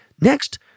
Next